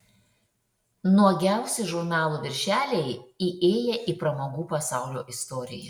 nuogiausi žurnalų viršeliai įėję į pramogų pasaulio istoriją